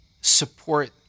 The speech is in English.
support